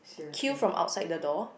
queue from outside the door